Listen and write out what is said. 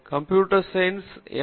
computer science M